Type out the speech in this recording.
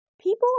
People